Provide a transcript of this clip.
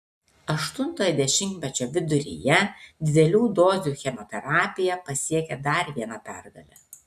aštuntojo dešimtmečio viduryje didelių dozių chemoterapija pasiekė dar vieną pergalę